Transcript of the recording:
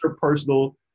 personal